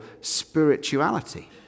spirituality